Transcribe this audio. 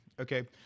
Okay